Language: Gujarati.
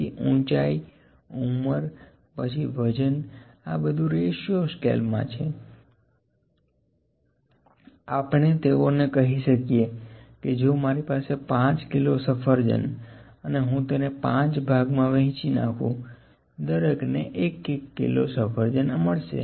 તેથી ઊંચાઈ ઉંમર પછી વજન આં બધું રેશિયો સ્કેલ મા છે આપણે તેઓને કહી શકીએ કે જો મારી પાસે 5 કિલો સફરજન અને હું તેને 5 ભાગમાં વહેંચી નાખું દરેક ને 1 કિલો સફરજન મળશે